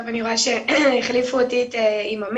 טוב, אני רואה שהחליפו אותי עם עמית.